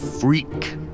Freak